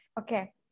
Okay